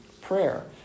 prayer